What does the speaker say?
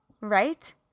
right